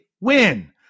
win